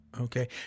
Okay